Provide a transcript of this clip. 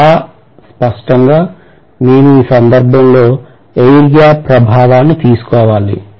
చాలా స్పష్టంగా నేను ఈ సందర్భంలో ఎయిర్ గ్యాప్ ప్రభావాన్ని తీసుకోవాలి